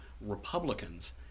Republicans